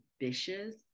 ambitious